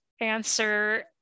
answer